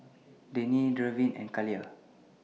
Denny Darwyn and Kaila